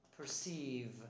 perceive